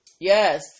Yes